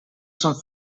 són